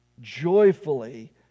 joyfully